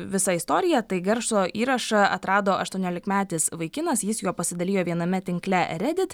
visą istoriją tai garso įrašą atrado aštuoniolikmetis vaikinas jis juo pasidalijo viename tinkle redit